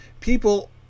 people